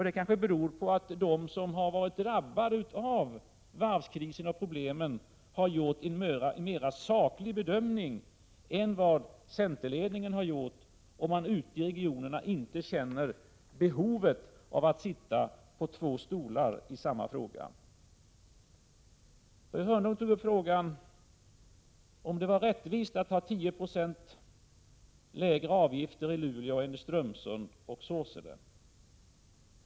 Det kanske beror på att de som har varit drabbade av varvskriserna och problemen har gjort en mera saklig bedömning än vad centerledningen har gjort och att man ute i regionerna inte känner behov av att så att säga sitta på två stolar samtidigt i samma fråga. Börje Hörnlund frågade om det var rättvist att ha 10 96 lägre avgifter i Luleå än i Strömsund och Sorsele.